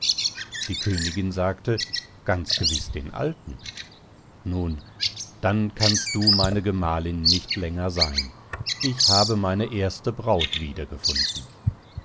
die königin sagte ganz gewiß den alten nun dann kannst du meine gemahlin nicht länger seyn ich habe meine erste braut wieder